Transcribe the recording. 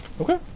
Okay